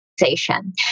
organization